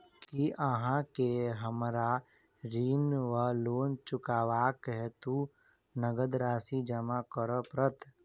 की अहाँ केँ हमरा ऋण वा लोन चुकेबाक हेतु नगद राशि जमा करऽ पड़त?